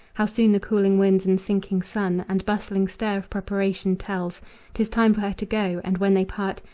how soon the cooling winds and sinking sun and bustling stir of preparation tells tis time for her to go and when they part,